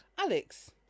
Alex